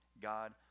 God